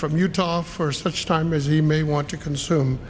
from utah for such time as he may want to consume